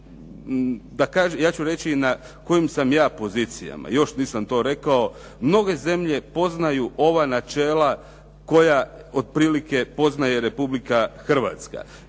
ja ću reći na kojim sam ja pozicijama, još nisam to rekao. Mnoge zemlje poznaju ova načela koja otprilike poznaje Republika Hrvatska.